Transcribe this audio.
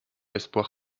espoir